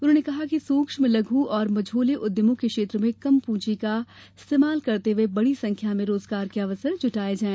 उन्होंने कहा कि सूक्ष्म लघ् और मझोले उद्यमों के क्षेत्र में कम प्रंजी का इस्तेमाल करते हुए बड़ी संख्या में रोजगार के अवसर जुटाए गए